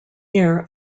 year